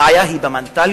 הבעיה היא במנטליות,